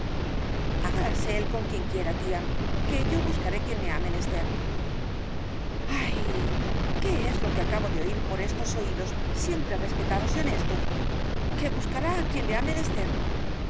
hágalas él con quien quiera tía que yo buscaré quien me ha menester ay qué es lo que acabo de oir por estos oídos siempre respetados y honestos que buscará quien le ha menester